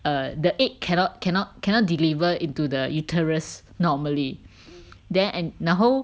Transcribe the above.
err the egg cannot cannot cannot deliver into the uterus normally then and 然后